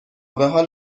بحال